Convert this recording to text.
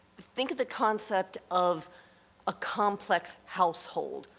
think of the concept of a complex household.